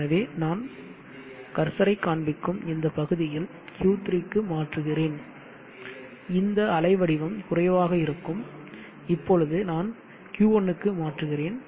எனவே நான் கர்சரைக் காண்பிக்கும் இந்த பகுதியில் Q3 க்கு மாற்றுகிறேன் இந்த அலைவடிவம் குறைவாக இருக்கும் இப்பொழுது நான் Q1 க்கு மாற்றுகிறேன்